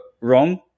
wrong